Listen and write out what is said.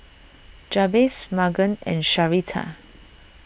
Jabez Magen and Sharita